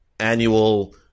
Annual